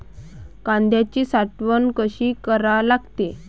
कांद्याची साठवन कसी करा लागते?